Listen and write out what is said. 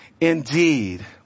indeed